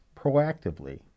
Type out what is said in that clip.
proactively